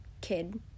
kid